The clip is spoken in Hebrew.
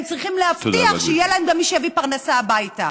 הם צריכים להבטיח שיהיה להם גם מי שיביא פרנסה הביתה.